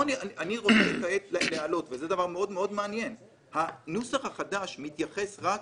פה אני רוצה להעלות שהנוסח החדש שבכאן מתייחס רק